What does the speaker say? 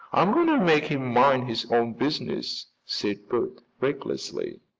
i'm going to make him mind his own business, said bert recklessly.